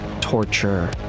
torture